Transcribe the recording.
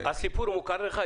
הסיפור מוכר לכם?